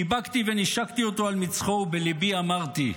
חיבקתי ונישקתי אותו על מצחו ובליבי אמרתי: